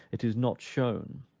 it is not shown.